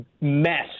mess